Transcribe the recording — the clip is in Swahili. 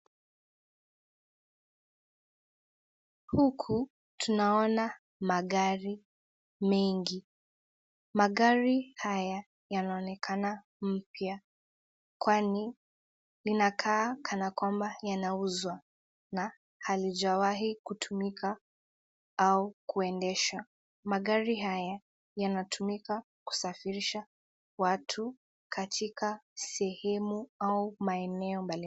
Huku tunaona magari mengi. Magari haya yanaonekana mpya kwani inakaa kana kwamba yanauzwa na halijawahi kutumika au kuendeshwa. Magari haya yanatumika kusafirisha watu katika sehemu au maeneo mbalimbali.